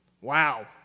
Wow